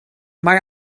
mae